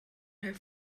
her